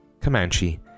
Comanche